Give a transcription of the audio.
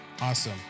awesome